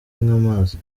nk’amazi